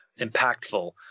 impactful